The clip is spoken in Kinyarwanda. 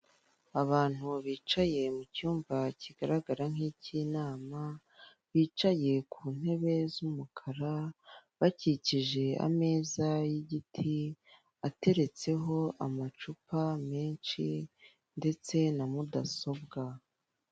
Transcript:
Abantu bicaye mu cyumba kigaragara nk'icy'inama bicaye ku ntebe z'umukara, bakikije ameza y'igiti ateretseho amacupa menshi ndetse na mudasobwa.